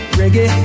reggae